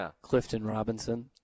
Clifton-Robinson